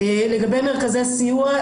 לגבי מרכזי סיוע,